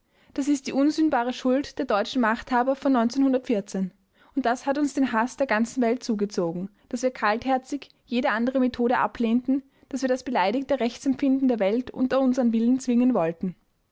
das ist die unsühnbare schuld der deutschen machthaber von und das hat uns den haß der ganzen welt zugezogen daß wir kaltherzig jede andere methode ablehnten daß wir das beleidigte rechtsempfinden der welt unter unsern willen zwingen wollten